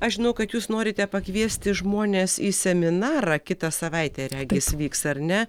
aš žinau kad jūs norite pakviesti žmones į seminarą kitą savaitę regis vyks ar ne